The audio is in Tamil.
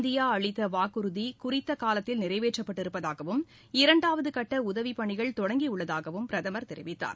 இந்தியா அளித்த வாக்குறுதி குறித்த காலத்தில் நிறைவேற்றப்பட்டு இருப்பதாகவும் இரண்டாவது கட்ட உதவிப் பணிகள் தொடங்கி உள்ளதாகவும் அவர் தெரிவித்தார்